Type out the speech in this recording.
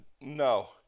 No